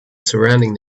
surrounding